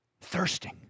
Thirsting